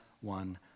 one